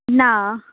ना